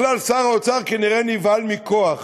בכלל, שר האוצר כנראה נבהל מכוח.